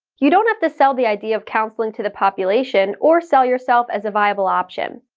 you don't have to sell the idea of counseling to the population or sell yourself as a viable option.